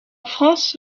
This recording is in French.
france